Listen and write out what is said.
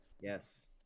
Yes